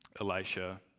Elisha